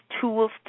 tools